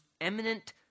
eminent